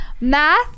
Math